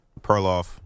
Perloff